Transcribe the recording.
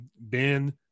Ben